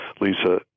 Lisa